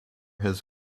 his